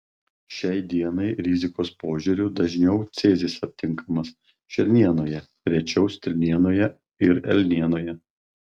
šiai dienai rizikos požiūriu dažniau cezis aptinkamas šernienoje rečiau stirnienoje ir elnienoje